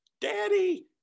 Daddy